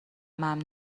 ممنون